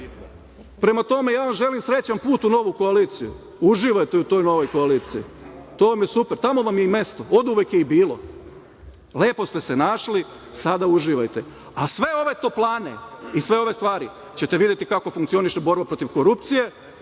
tome, ja vam želim srećan put u novu koaliciju. Uživajte u toj koaliciji. To vam je super. Tamo vam je i mesto! Oduvek je i bilo. Lepo ste se našli, sada uživajte. Sve ove toplane i sve ove stvari ćete videti kako funkcioniše borba protiv korupcije,